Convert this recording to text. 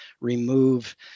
remove